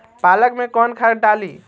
पालक में कौन खाद डाली?